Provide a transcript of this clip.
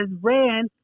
ran